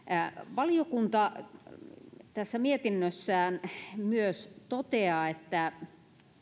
valiokunta tässä mietinnössään myös toteaa että